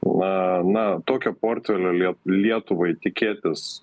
na na tokio portfelio lie lietuvai tikėtis